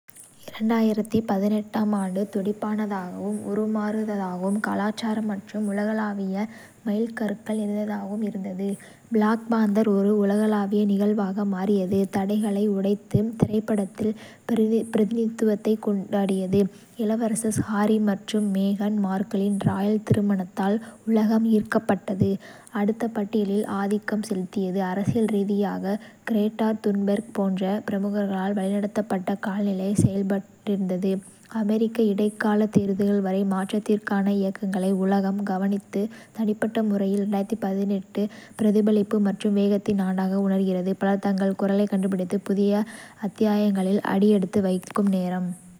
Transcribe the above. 2018 ஆம் ஆண்டு துடிப்பானதாகவும், உருமாறும்தாகவும், கலாச்சார மற்றும் உலகளாவிய மைல்கற்கள் நிறைந்ததாகவும் இருந்தது. பிளாக் பாந்தர் ஒரு உலகளாவிய நிகழ்வாக மாறியது, தடைகளை உடைத்து, திரைப்படத்தில் பிரதிநிதித்துவத்தைக் கொண்டாடியது. இளவரசர் ஹாரி மற்றும் மேகன் மார்கலின் ராயல் திருமணத்தால் உலகம் ஈர்க்கப்பட்டது, அடுத்த பட்டியலில் ஆதிக்கம் செலுத்தியது. அரசியல் ரீதியாக, கிரேட்டா துன்பெர்க் போன்ற பிரமுகர்களால் வழிநடத்தப்பட்ட காலநிலை செயல்பாட்டிலிருந்து, அமெரிக்க இடைக்காலத் தேர்தல்கள் வரை, மாற்றத்திற்கான இயக்கங்களை உலகம் கவனித்தது. தனிப்பட்ட முறையில், பிரதிபலிப்பு மற்றும் வேகத்தின் ஆண்டாக உணர்கிறது - பலர் தங்கள் குரலைக் கண்டுபிடித்து புதிய அத்தியாயங்களில் அடியெடுத்து வைக்கும் நேரம்.